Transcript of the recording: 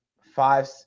five